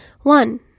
One